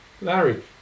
Larry